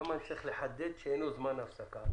למה אני צריך לחדד שאינו זמן הפסקה?